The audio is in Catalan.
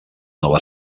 nova